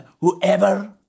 Whoever